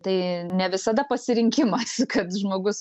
tai ne visada pasirinkimas kad žmogus